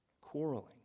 quarreling